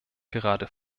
gerade